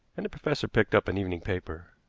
and the professor picked up an evening paper.